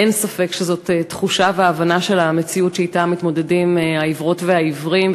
אין ספק שזו תחושה והבנה של המציאות שאתה מתמודדים העיוורות והעיוורים,